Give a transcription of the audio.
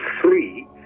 three